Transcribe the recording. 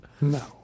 no